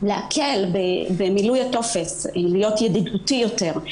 להקל במילוי הוטופס, כך שיהיה ידידותי יותר.